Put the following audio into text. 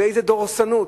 באיזו דורסנות,